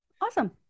awesome